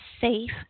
safe